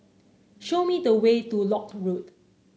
show me the way to Lock Road